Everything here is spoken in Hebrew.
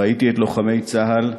ראיתי את לוחמי צה"ל,